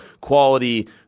quality